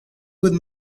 would